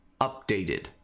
updated